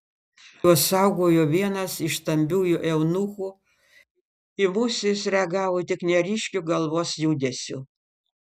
juos saugojo vienas iš stambiųjų eunuchų į mus jis reagavo tik neryškiu galvos judesiu